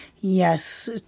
Yes